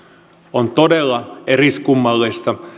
on todella eriskummallista